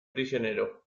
prisionero